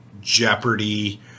Jeopardy